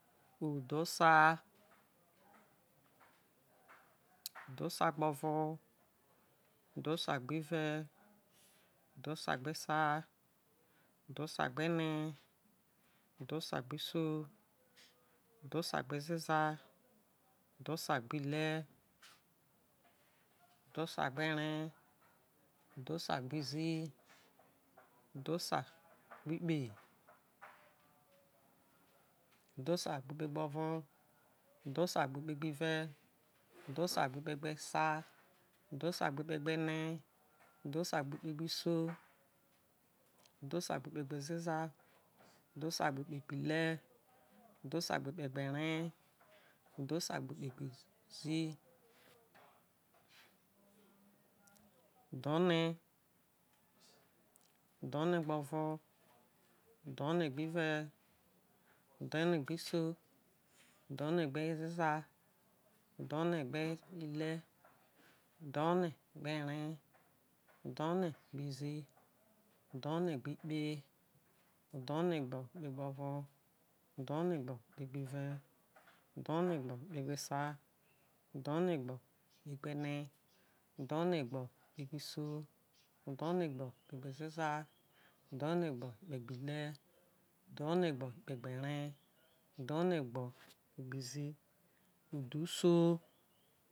Udhoso udhosa gbọva, udhosa gbive, udhosa gbesa, udhosgbene udhosagbisoi, udhosagbezeza, udhosagbihre, udhosagbere udhosagbizii. udhosa gbe ikpe gboro, udhosagbe ikpegbire, udhosagbeikpegbesa, udhesagbe ikpegbene, udhosagbe ikpe gbisoi, udhosa gbeikpegbezez̄a, udhosa gbe ikpe gbihre, udhosa gbe ikpegberee, udhsagbe ikpegbizii, udhone udhone gbovo, udhone gbive udhone gbesa, udhone gbene udhon gbisol, udhone gbezeza udhone gbire, udhone gberee, udhone gbizii, udhonegbikpe udhonegbi kpe gbovo, udhonegbikpe gbire, udhonegbikpegbesa, udhone gbikpe gbene, udhone gbikpegbisoi, udhonegbikpegbezeza, udhone gbikpegbighre, udhonegbikpe gberee, udhone gbikpegbizii, udhusoi.